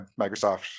Microsoft